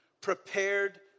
Prepared